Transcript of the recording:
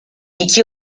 iki